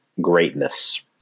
greatness